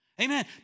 Amen